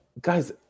guys